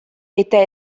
eta